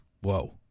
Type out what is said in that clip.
Whoa